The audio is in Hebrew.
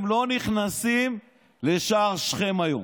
הם לא נכנסים לשער שכם היום.